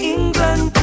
England